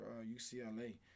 UCLA